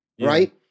right